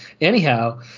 anyhow